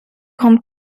grande